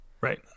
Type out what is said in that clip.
Right